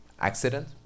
accident